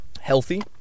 Healthy